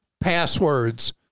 passwords